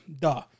duh